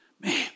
man